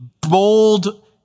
bold